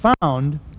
found